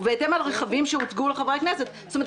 ובהתאם על רכבים שהוצגו לחברי הכנסת." זאת אומרת,